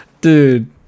dude